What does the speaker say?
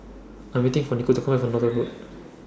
I Am waiting For Nico to Come Back from Northolt Road